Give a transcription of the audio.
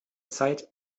zeit